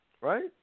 right